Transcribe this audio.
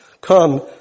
Come